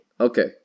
Okay